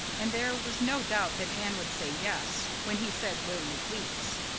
and there was no doubt that anne would say yes when he said will you please?